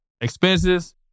expenses